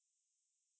ya M_N_C yes